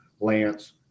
Lance